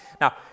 Now